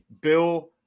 Bill